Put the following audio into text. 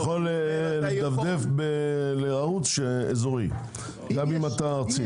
אתה יכול לדפדף לערוץ אזורי גם אם את ארצי.